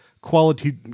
quality